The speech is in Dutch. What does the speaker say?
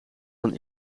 van